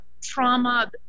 trauma